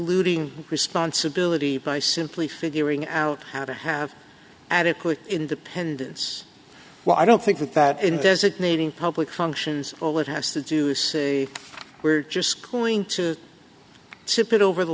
eluding responsibility by simply figuring out how to have adequate independence while i don't think that in designating public functions all it has to do is say we're just going to sip it over the